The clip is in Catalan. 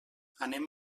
anem